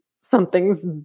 something's